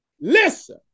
listen